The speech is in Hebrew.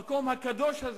המקום הקדוש הזה.